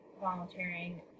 volunteering